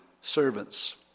servants